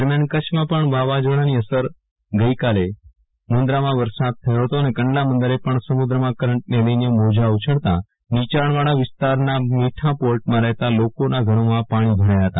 દરમ્યાન કચ્છમાં પણ વાવાઝોડાની અસર ગઈકાલે મુંદરામાં વરસાદ થયો હતો અને કંડલા બંદરે પણ સમુદ્રમાં કરંટને લઈને મોજા ઉછળતા નીયાણવાળા વિસ્તારના મીઠામાં રહેતા લોકોના ધરોમાં પાણી ભરાયા હતા